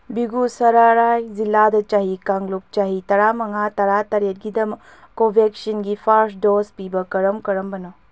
ꯕꯤꯒꯨꯁꯔꯥꯏ ꯖꯤꯂꯥꯗ ꯆꯍꯤ ꯀꯥꯡꯂꯨꯞ ꯆꯍꯤ ꯇꯔꯥꯃꯉꯥ ꯇꯔꯥꯇꯔꯦꯠꯀꯤꯗꯃꯛ ꯀꯣꯚꯦꯛꯁꯤꯟꯒꯤ ꯐꯥꯔꯁ ꯗꯣꯁ ꯄꯤꯕ ꯀꯔꯝ ꯀꯔꯝꯕꯅꯣ